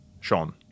Sean